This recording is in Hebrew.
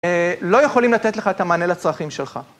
לא יכולים לתת לך את המענה לצרכים שלך.